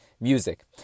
music